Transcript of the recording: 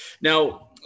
Now